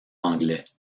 anglais